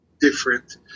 different